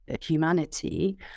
humanity